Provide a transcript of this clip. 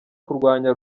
kurwanya